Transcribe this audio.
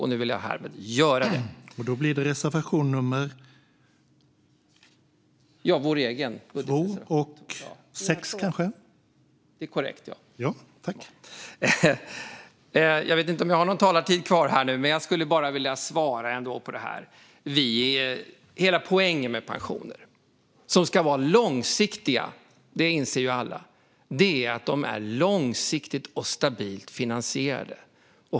Jag förtydligar alltså härmed, herr ålderspresident, att jag yrkar bifall till reservation 2 och 6. Jag skulle vilja svara på repliken. Hela poängen med pensioner, som alla inser ska vara långsiktiga, är att de är långsiktigt och stabilt finansierade.